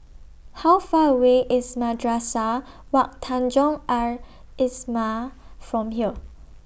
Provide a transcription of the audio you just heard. How Far away IS Madrasah Wak Tanjong Al Islamiah from here